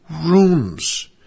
rooms